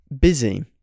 busy